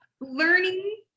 learning